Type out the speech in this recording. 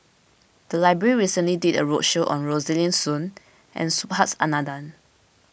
the library recently did a roadshow on Rosaline Soon and Subhas Anandan